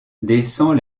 descend